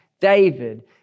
David